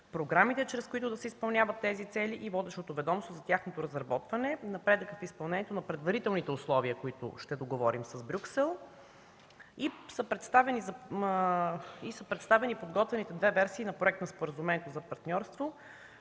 програмите, чрез които да се изпълняват тези цели и водещото ведомство за тяхното разработване; напредъкът в изпълнението на предварителните условия, които ще договорим с Брюксел. Представени са подготвените две версии на проект на Споразумението за партньорство,